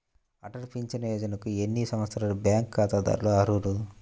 Atal pension యోజనకు ఎన్ని సంవత్సరాల బ్యాంక్ ఖాతాదారులు అర్హులు?